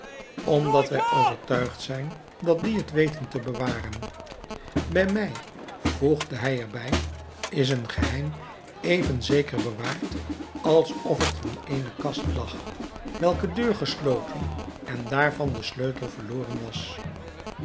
omdat wij overtuigd zijn dat die het weten te bewaren bij mij voegde hij er bij is een geheim even zeker bewaard alsof het in eene kast lag welker deur gesloten en daarvan de sleutel verloren was